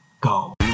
go